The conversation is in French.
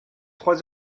trois